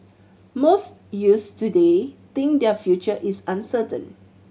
most youths today think that their future is uncertain